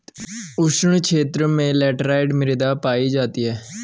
उष्ण क्षेत्रों में लैटराइट मृदा पायी जाती है